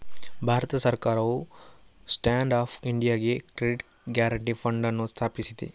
ಭಾರತ ಸರ್ಕಾರವು stand up ಇಂಡಿಯಾಗೆ credit guarantee fund ಅನ್ನು ಸ್ಥಾಪಿಸಿದೆ